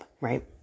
right